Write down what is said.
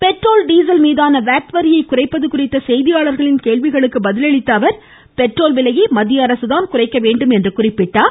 petrol diesel மீதான வாட் வரியை குறைப்பது குறித்த செய்தியாளர்களின் கேள்விக்கு பதில் அளித்த அவர் பெட்ரோல் விலையை மத்திய அரசுதான் குறைக்க வேண்டும் என்று கூறினார்